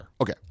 Okay